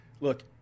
look